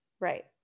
Right